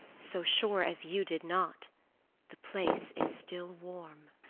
so sure as you did not the place is still warm.